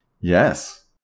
Yes